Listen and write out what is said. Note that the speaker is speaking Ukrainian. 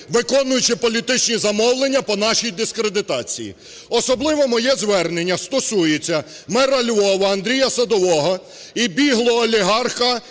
виконуючи політичні замовлення по нашій дискредитації. Особливо моє звернення стосується мера Львова Андрія Садового і біглого олігарха